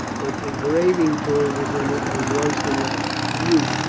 but the grav ing tool was in it and royston laughed. you.